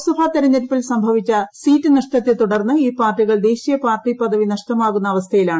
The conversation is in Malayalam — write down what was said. ലോക്സഭാ തെരഞ്ഞെടുപ്പിൽ സംഭവിച്ച സീറ്റ് നഷ്ടത്തെ തുടർന്ന് ഈ പാർട്ടികൾ ദേശീയ പാർട്ടി പദവി നഷ്ടമാകുന്ന അവസ്ഥയിലാണ്